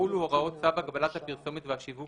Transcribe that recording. יחולו הוראות צו הגבלת הפרסומת והשיווק